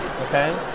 okay